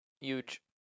Huge